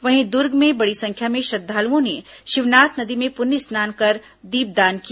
वहीं दुर्ग में बड़ी संख्या में श्रद्वालुओं ने शिवनाथ नदी में पुन्नी स्नान कर दीपदान किया